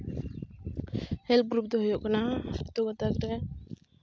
group ᱫᱚ ᱦᱩᱭᱩᱜ ᱠᱟᱱᱟ ᱨᱮ